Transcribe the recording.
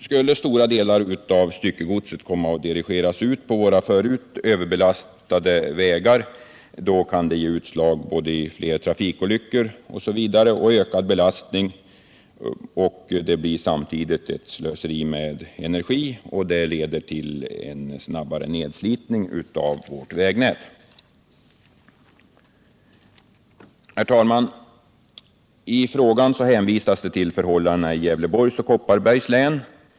Skulle stora delar av styckegodset dirigeras ut på våra förut överbelastade vägar kan det ge utslag i fler trafikolyckor, ökad belastning och samtidigt ett slöseri med energi och en snabbare nedslitning av vårt vägnät. Herr talman! I frågan hänvisas till förhållandena i Gävleborgs och Kopparbergs län.